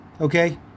Okay